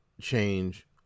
change